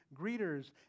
greeters